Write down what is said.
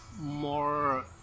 more